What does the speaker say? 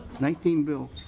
nineteen bills.